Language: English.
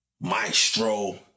maestro